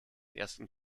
ersten